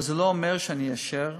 אבל זה לא אומר שאני אאשר